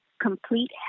complete